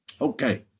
Okay